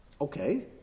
Okay